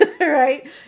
right